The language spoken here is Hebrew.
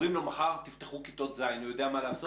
אומרים לו מחר תפתחו כיתות ז', הוא יודע מה לעשות?